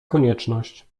konieczność